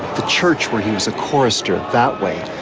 the church where he was a chorister that way,